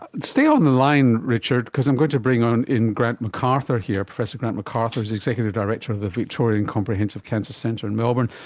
ah stay on the line richard, because i'm going to bring in grant mcarthur here, professor grant mcarthur is executive director of the victorian comprehensive cancer centre in melbourne,